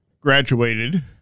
graduated